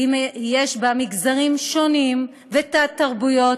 כוללת מגזרים שונים ותת-תרבויות,